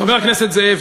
חבר הכנסת זאב,